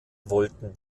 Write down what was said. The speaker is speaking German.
wollten